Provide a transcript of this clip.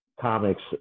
comics